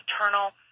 eternal